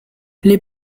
les